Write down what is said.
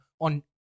on